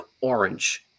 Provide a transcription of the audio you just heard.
orange